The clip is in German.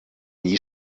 nie